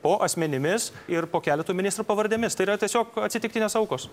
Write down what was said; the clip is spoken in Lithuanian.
po asmenimis ir po keleto ministrų pavardėmis tai yra tiesiog atsitiktinės aukos